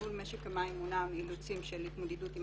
ניהול משק המים מונע מאילוצים של התמודדות עם